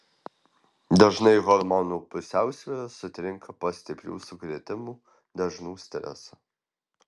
dažnai hormonų pusiausvyra sutrinka po stiprių sukrėtimų dažnų streso